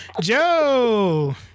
Joe